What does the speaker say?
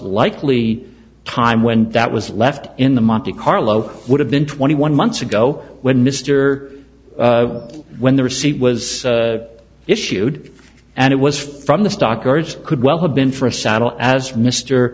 likely time when that was left in the monte carlo would have been twenty one months ago when mister when the receipt was issued and it was from the stockyards could well have been for a saddle as mr